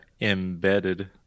embedded